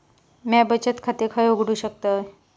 म्या बचत खाते खय उघडू शकतय?